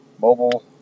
mobile